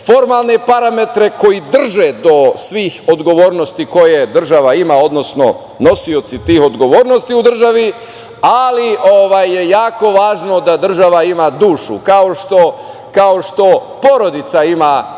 formalne parametre koji drže do svih odgovornosti koje država ima, odnosno nosioci tih odgovornosti u državi, ali je jako važno da država ima dušu, kao što porodica ima dušu.